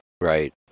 Right